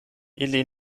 ili